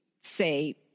say